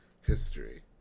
history